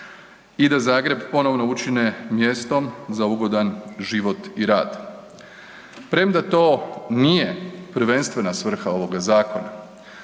i da Zagreb ponovno učine mjestom za ugodan život i rad. Premda to nije prvenstvena svrha ovoga zakona,